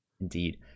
Indeed